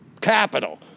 capital